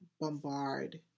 bombard